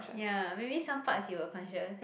ya maybe some parts you were conscious